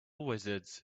wizards